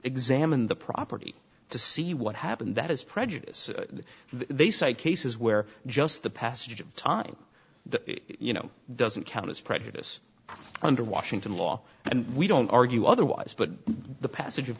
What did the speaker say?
examine the property to see what happened that is prejudice they cite cases where just the passage of time that you know doesn't count as prejudice under washington law and we don't argue otherwise but the passage of